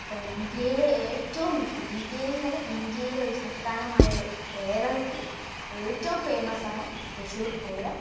ഇപ്പം ഇന്ത്യയിലെ ഏറ്റവും മികച്ച ഇന്ത്യയിലെന്നല്ല ഇന്ത്യയിലെ ഒരു സംസ്ഥാനമായ കേരളത്തിൽ ഏറ്റവും ഫേമസാണ് തൃശ്ശൂർ പൂരം